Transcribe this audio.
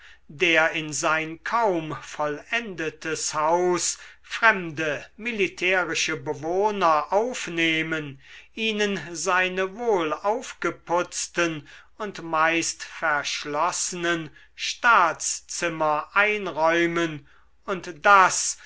der in sein kaum vollendetes haus fremde militärische bewohner aufnehmen ihnen seine wohlaufgeputzten und meist verschlossenen staatszimmer einräumen und das